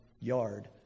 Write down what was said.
yard